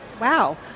Wow